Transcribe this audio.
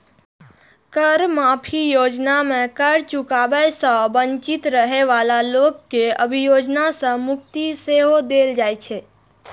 कर माफी योजना मे कर चुकाबै सं वंचित रहै बला लोक कें अभियोजन सं मुक्ति सेहो देल जाइ छै